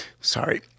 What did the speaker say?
Sorry